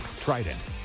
Trident